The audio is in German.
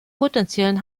potenziellen